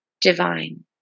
divine